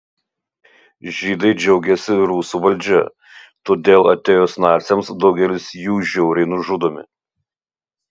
žydai džiaugiasi rusų valdžia todėl atėjus naciams daugelis jų žiauriai nužudomi